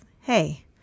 hey